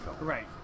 Right